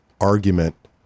argument